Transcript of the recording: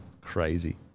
Crazy